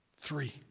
Three